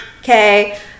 Okay